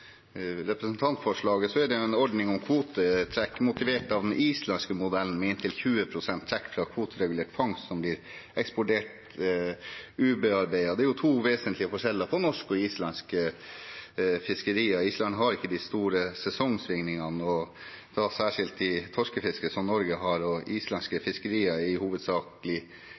representantforslaget, som gjelder en «ordning for kvotetrekk motivert av den islandske modellen med inntil 20 pst. trekk fra kvoteregulert fangst som blir eksportert ubearbeidet». Det er to vesentlige forskjeller på norske og islandske fiskerier. Island har ikke de store sesongsvingningene, og da særskilt i torskefisket, som Norge har. Islandske fiskerier er i